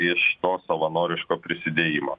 iš to savanoriško prisidėjimo